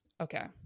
Okay